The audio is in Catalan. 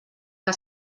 que